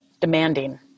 Demanding